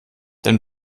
denn